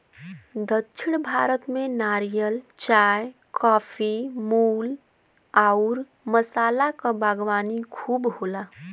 दक्षिण भारत में नारियल, चाय, काफी, फूल आउर मसाला क बागवानी खूब होला